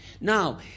Now